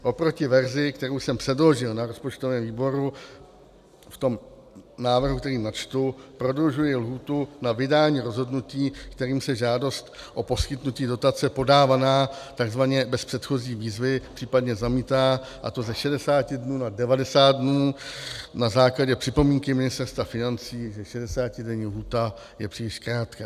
Oproti verzi, kterou jsem předložil na rozpočtovém výboru v návrhu, který načtu, prodlužuji lhůtu na vydání rozhodnutí, kterým se žádost o poskytnutí dotace podávaná takzvaně bez předchozí výzvy případně zamítá, a to ze 60 dnů na 90 dnů na základě připomínky Ministerstva financí, že 60denní lhůta je příliš krátká.